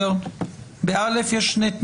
עכשיו אתם באים ואומרים שאתם רוצים בצד האמירה שזה באותו